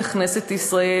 בכנסת ישראל,